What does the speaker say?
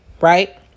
Right